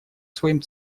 своим